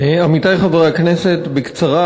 תודה לך, עמיתי חברי הכנסת, בקצרה,